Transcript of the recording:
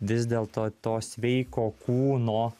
vis dėlto to sveiko kūno